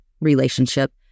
relationship